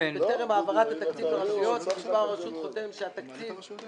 בטרם העברת התקציב לרשויות המקומיות גזבר הרשות חותם שהתקציב